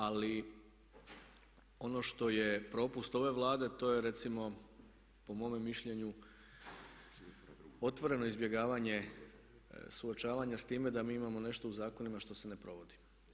Ali ono što je propust ove Vlade to je recimo, po mome mišljenju otvoreno izbjegavanje suočavanja sa time da mi imamo nešto u zakonima što se ne provodi.